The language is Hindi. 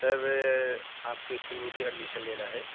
सर आपके स्कूल में मुझे एडमिशन लेना है